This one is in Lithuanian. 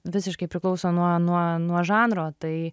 visiškai priklauso nuo nuo nuo žanro tai